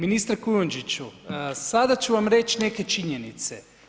Ministre Kujundžiću, sada ću vam reći neke činjenice.